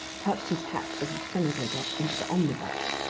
touched his hat as the senator got into the omnibus.